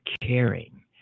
caring